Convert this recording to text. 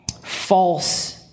false